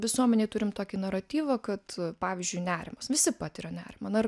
visuomenėj turim tokį naratyvą kad pavyzdžiui nerimas visi patiria nerimą na ir